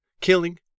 Killing